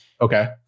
Okay